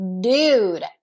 dude